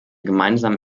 gemeinsamen